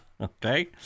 okay